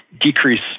decrease